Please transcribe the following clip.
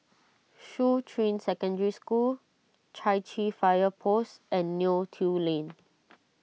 Shuqun Secondary School Chai Chee Fire Post and Neo Tiew Lane